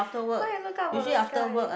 why you look up for the sky